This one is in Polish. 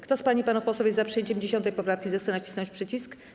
Kto z pań i panów posłów jest za przyjęciem 10. poprawki, zechce nacisnąć przycisk.